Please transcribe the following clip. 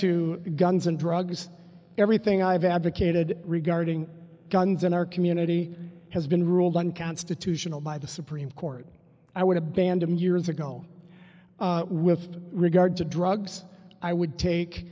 to guns and drugs everything i've advocated regarding guns in our community has been ruled unconstitutional by the supreme court i would abandon years ago with regard to drugs i would take